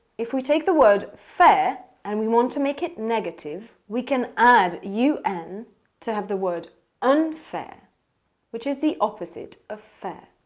if we take the word, fair, and want to make it negative, we can add u n to have the word unfair which is the opposite of fair.